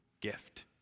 gift